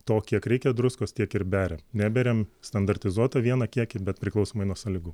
to kiek reikia druskos tiek ir beria neberiam standartizuotą vieną kiekį bet priklausomai nuo sąlygų